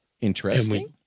Interesting